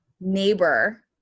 Neighbor